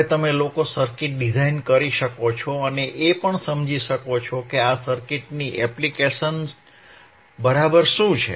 હવે તમે લોકો સર્કિટ ડિઝાઇન કરી શકો છો અને એ પણ સમજી શકો છો કે આ સર્કિટ્સની એપ્લિકેશન બરાબર શું છે